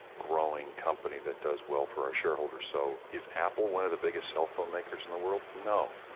growing company that does well for our shareholders. so is apple one of the biggest cell phone makers in the world? no.